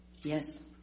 Yes